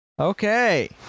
okay